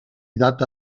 data